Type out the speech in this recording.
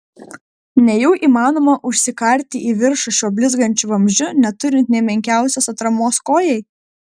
nejau įmanoma užsikarti į viršų šiuo blizgančiu vamzdžiu neturint nė menkiausios atramos kojai